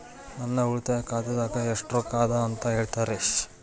ನನ್ನ ಉಳಿತಾಯ ಖಾತಾದಾಗ ಎಷ್ಟ ರೊಕ್ಕ ಅದ ಅಂತ ಹೇಳ್ತೇರಿ?